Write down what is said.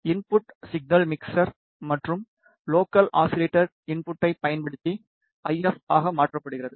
input signal mixer மற்றும் local oscillator இன்புட்டைப் பயன்படுத்தி ஐ எப் ஆக மாற்றப்படுகிறது